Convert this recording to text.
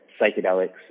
psychedelics